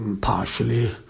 partially